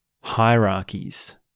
hierarchies